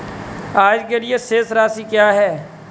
आज के लिए शेष राशि क्या है?